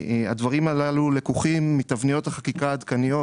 הדברים הללו לקוחים מתבניות החקיקה העדכניות